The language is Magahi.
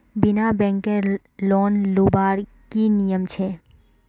बिना बैंकेर लोन लुबार की नियम छे?